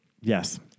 Yes